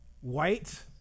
white